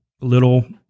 little